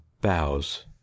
bows